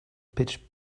pitch